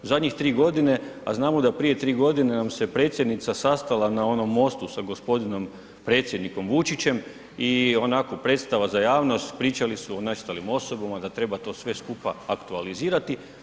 U zadnjih 3 godine, a znamo prije 3 godine nam se predsjednica sastala na onom mostu sa gospodinom predsjednikom Vučićem i onako predstava za javnost, pričali su o nestalim osobama da treba to sve skupa aktualizirati.